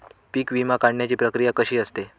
पीक विमा काढण्याची प्रक्रिया कशी असते?